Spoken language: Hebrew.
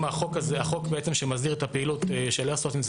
החוק שמסדיר את הפעילות של איירסופט היום הוא